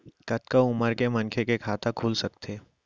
कतका उमर के मनखे के खाता खुल सकथे?